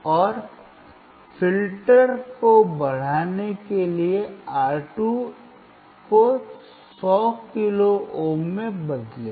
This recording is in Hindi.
और फ़िल्टर को बढ़ाने के लिए R2 को 100 किलो ओम से बदलें